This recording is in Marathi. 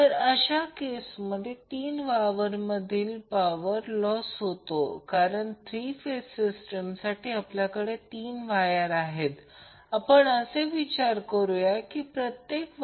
तर तरीही म्हणून या प्रकरणात या प्रकरणात Vab किंवा Vbc त्यांची मग्निट्यूड समान नाही कारण तेथे या रेजिस्टन्स R मध्ये काही व्होल्टेज ड्रॉप असेल परंतु त्याबद्दल काहीही ताण घेण्यासारखे नाही हे दाखवेल की थ्री फेजमध्ये सिंगल फेजपेक्षा कमी सामग्री लागते